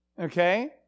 okay